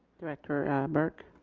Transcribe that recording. director burke.